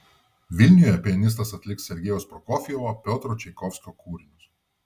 vilniuje pianistas atliks sergejaus prokofjevo piotro čaikovskio kūrinius